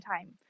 time